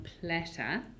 platter